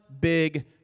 big